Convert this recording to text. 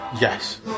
Yes